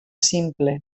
simple